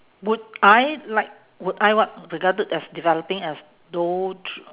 would I like would I what regarded as developing as though thr~